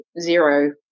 zero